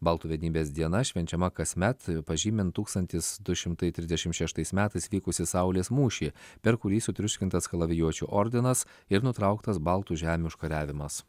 baltų vienybės diena švenčiama kasmet pažymint tūkstantis du šimtai trisdešimt šeštais metais vykusį saulės mūšį per kurį sutriuškintas kalavijuočių ordinas ir nutrauktas baltų žemių užkariavimas